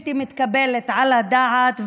בלתי מתקבלת על הדעת,